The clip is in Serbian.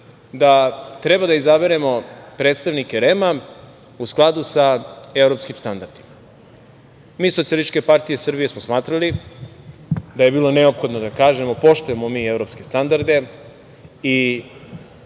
da treba da izaberemo predstavnike REM-a u skladu sa evropskim standardima. Mi iz SPS smo smatrali da je bilo neophodno da kažemo – poštujemo mi evropske standarde